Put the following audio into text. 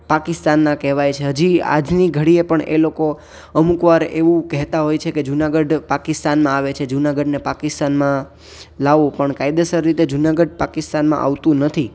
પાકિસ્તાનના કહેવાય છે હજી આજની ઘડીએ પણ એ લોકો અમુક વાર એવું કહેતા હોય છે કે જુનાગઢ પાકિસ્તાનમાં આવે છે જુનાગઢને પાકિસ્તાનમાં લાવું પણ કાયદેસર રીતે જુનાગઢ પાકિસ્તાનમાં આવતું નથી